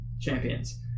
champions